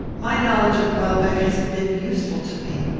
my knowledge of welbeck has been useful to me.